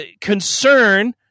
concern